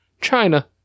China